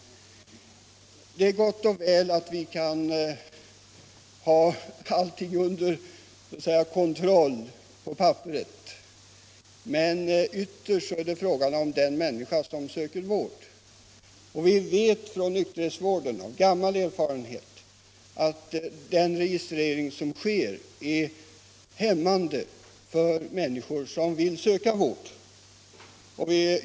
Det är gott och väl att vi genom en re = narkotikafrågor gistrering kan ha allting under kontroll på papperet, men ytterst är det fråga om den människa som söker vård. Vi vet av erfarenhet från nykterhetsvården att den registrering som där sker är hämmande för människor som vill söka vård.